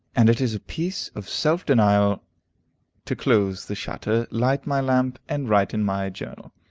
and it is a piece of self-denial to close the shutter, light my lamp, and write in my journal.